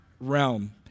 realm